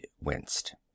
winced